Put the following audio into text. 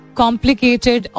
complicated